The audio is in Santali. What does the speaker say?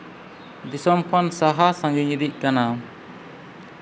ᱫᱤᱥᱚᱢ ᱠᱷᱚᱱ ᱥᱟᱦᱟ ᱥᱟᱺᱜᱤᱧ ᱤᱫᱤᱜ ᱠᱟᱱᱟ